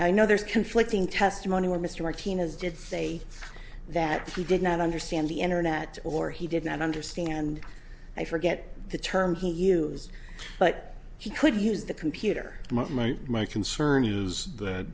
i know there's conflicting testimony where mr martinez did say that he did not understand the internet or he did not understand i forget the term he used but he could use the computer my my my concern